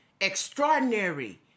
extraordinary